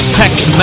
text